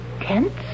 Tents